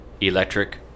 electric